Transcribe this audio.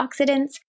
antioxidants